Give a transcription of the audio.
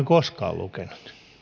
koskaan lukenut